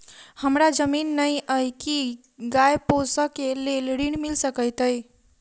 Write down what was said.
हमरा जमीन नै अई की गाय पोसअ केँ लेल ऋण मिल सकैत अई?